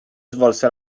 svolse